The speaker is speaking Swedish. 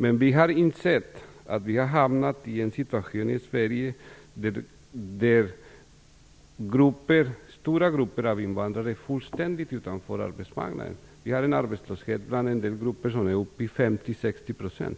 Vi har dock insett att vi i Sverige har hamnat i en situation där stora grupper av invandrare fullständigt står utanför arbetsmarknaden. Vi har en arbetslöshet som bland en del grupper är uppe i 50 60 %.